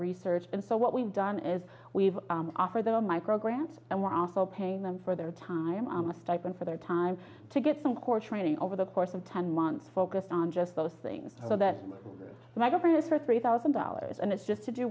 research and so what we've done is we've offered them micrograms and we're also paying them for their time on a stipend for their time to get some core training over the course of ten months focused on just those things so that my governess for three thousand dollars and it's just to do